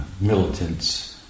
militants